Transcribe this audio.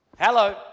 Hello